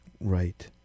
Right